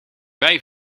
wij